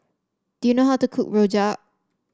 do you know how to cook Rojak